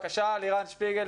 לירן שפיגל,